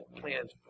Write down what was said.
plans